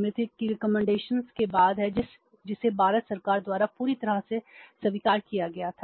के बाद है जिसे भारत सरकार द्वारा पूरी तरह से स्वीकार किया गया था